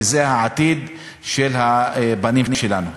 כי זה העתיד של הבנים שלנו.